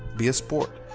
be a sport,